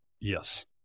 Yes